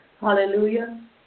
Hallelujah